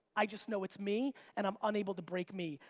i just know it's me, and i'm unable to break me.